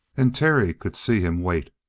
and terry could see him wait,